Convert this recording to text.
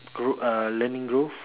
grow uh learning growth